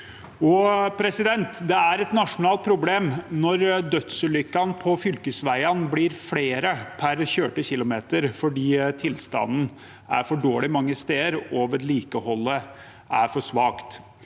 landet. Det er et nasjonalt problem når dødsulykkene på fylkesveiene blir flere per kjørte kilometer fordi tilstanden er for dårlig mange steder og vedlikeholdet er for svakt.